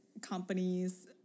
companies